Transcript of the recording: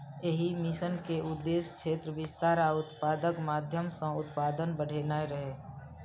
एहि मिशन के उद्देश्य क्षेत्र विस्तार आ उत्पादकताक माध्यम सं उत्पादन बढ़ेनाय रहै